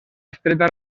estreta